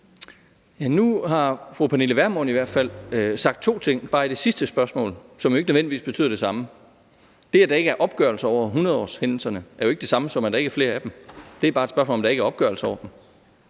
Nu har fru Pernille Vermund i hvert fald sagt to ting bare i det sidste spørgsmål, som jo ikke nødvendigvis betyder det samme. Det, at der ikke er opgørelser over hundredårshændelserne, er jo ikke det samme som, at der ikke er flere af dem. Det er bare et spørgsmål om, at der ikke er opgørelser over dem.